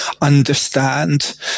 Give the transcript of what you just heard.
understand